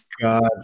God